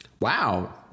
Wow